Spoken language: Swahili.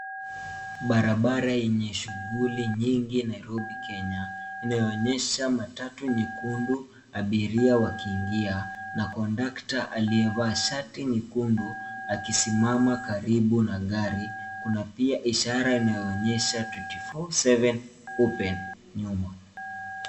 Barabara yenye shughuli nyingi Nairobi, Kenya, inayoonyesha matatu nyekundu, abiria wakiingia na kondakta aliyevaa shati nyekundu akisimama karibu na gari. Kuna pia ishara inayoonyesha 24/7 open nyuma.